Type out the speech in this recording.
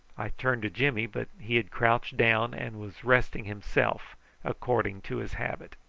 i turned to jimmy, but he had crouched down, and was resting himself according to his habit.